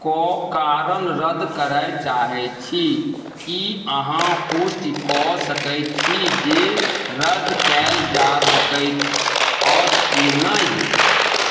के कारण रद्द करय चाहै छी की अहाँ पुष्टि कऽ सकैत छी जे रद्द कयल जा सकैत अछि की नहि